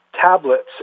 tablets